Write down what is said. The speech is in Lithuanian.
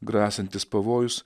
grasiantis pavojus